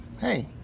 hey